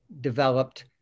developed